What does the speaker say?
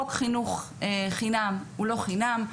חוק חינוך חינם הוא לא חינם,